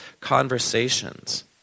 conversations